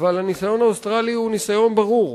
אבל הניסיון האוסטרלי הוא ניסיון ברור.